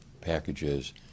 packages